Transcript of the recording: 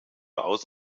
aus